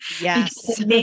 yes